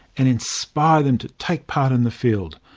and inspire them to take part in the field,